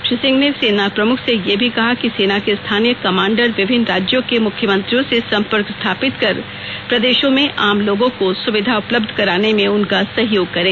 श्री सिंह ने सेना प्रमुख से यह भी कहा कि सेना के स्थानीय कमांडर विभिन्न राज्यों के मुख्यमंत्रियों से सम्पर्क स्थापित कर प्रदेशों में आम लोगों को सुविधा उपलब्ध कराने में उनका सहयोग करें